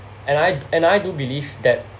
and I d~ and I do believe that